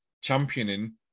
championing